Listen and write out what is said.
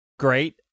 Great